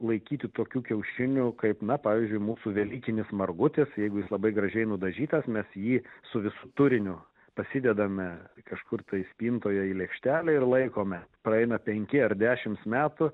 laikyti tokių kiaušinių kaip na pavyzdžiui mūsų velykinis margutis jeigu jis labai gražiai nudažytas mes jį su visu turiniu pasidedame kažkur tai spintoje į lėkštelę ir laikome praeina penki ar dešims metų